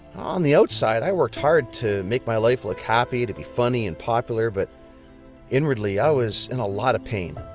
on the outside i worked hard to make my life look happy to be funny and popular, but inwardly i was in a lot of pain.